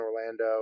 orlando